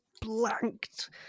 blanked